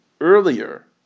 earlier